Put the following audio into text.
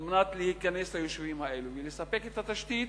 מנת להיכנס ליישובים האלה ולספק את התשתית,